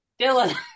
Dylan